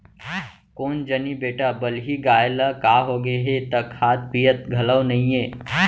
कोन जनी बेटा बलही गाय ल का होगे हे त खात पियत घलौ नइये